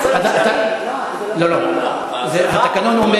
לא, לא, התקנון אומר